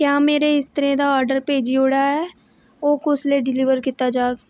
क्या मेरे इस्तरे दा आर्डर भेजी ओड़ेआ ऐ ओह् कुसलै डिलीवर कीता जाह्ग